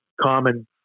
common